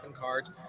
cards